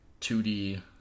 2D